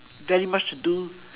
very much to do